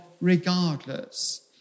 regardless